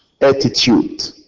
attitude